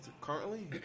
currently